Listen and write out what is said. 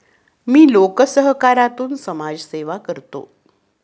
मी लोकसहकारातून समाजसेवा करतो